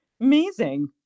Amazing